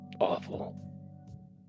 awful